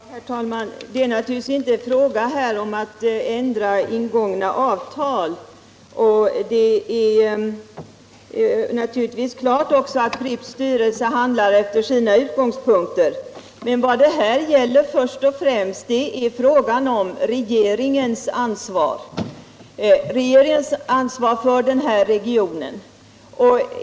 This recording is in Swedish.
Herr talman! Det är naturligtvis inte fråga om att ändra ingångna avtal, och det är klart att Pripps styrelse handlar från sina utgångspunkter. Vad det först och främst gäller är regeringens ansvar för den här regionen.